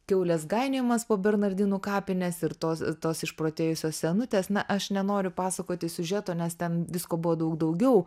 kiaulės gainiojimas po bernardinų kapines ir tos tos išprotėjusios senutės na aš nenoriu pasakoti siužeto nes ten visko buvo daug daugiau